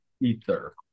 ether